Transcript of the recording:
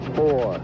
four